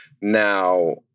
Now